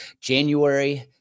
January